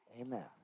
Amen